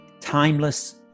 Timeless